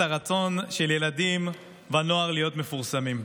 הרצון של ילדים ונוער להיות מפורסמים.